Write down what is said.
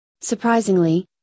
Surprisingly